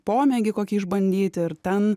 pomėgį kokį išbandyt ir ten